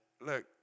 Look